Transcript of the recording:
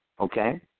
okay